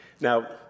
Now